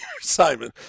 Simon